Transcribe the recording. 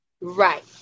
Right